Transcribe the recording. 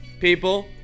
people